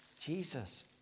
Jesus